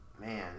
Man